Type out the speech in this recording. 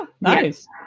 nice